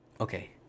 Okay